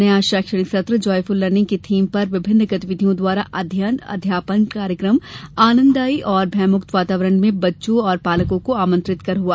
नया शैक्षणिक सत्र जॉयफुल लर्निंग की थीम पर विभिन्न गतिविधियों द्वारा अध्ययन अध्यापन कार्यक्रम आनंदमयी और भयमुक्त वातावरण में बच्चों एवं पालकों को आमंत्रित कर हुआ